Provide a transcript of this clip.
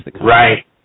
Right